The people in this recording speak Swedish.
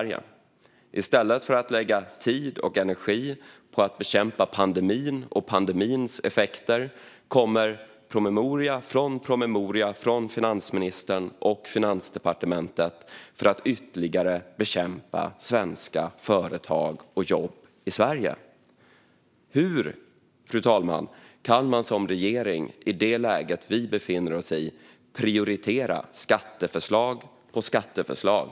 I stället för att lägga tid och energi på att bekämpa pandemin och pandemins effekter kommer promemoria på promemoria från finansministern och Finansdepartementet om att ytterligare bekämpa svenska företag och jobb i Sverige. Fru talman! Hur kan man som regering i det läge vi befinner oss i prioritera skatteförslag på skatteförslag?